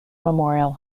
memorial